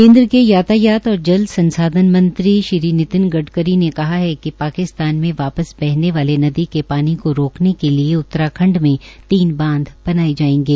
केन्द्र के यातायात और जल संसाधन मंत्री श्री नितिन गडकरी ने कहा है कि पाकिस्तान में वापस बहने वाले नदी के पानी को रोकने के लिए उत्तराखंड में तीन बांध बनाए जायेंगे